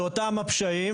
באותם הפשעים,